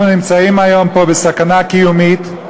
אנחנו נמצאים פה היום בסכנה קיומית.